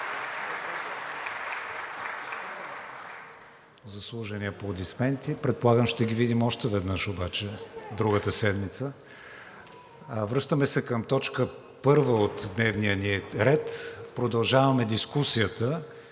Заслужени аплодисменти. Предполагам ще ги видим още веднъж обаче другата седмица. Връщаме се към първа точка от дневния ред – продължаваме дискусията